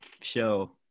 show